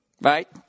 right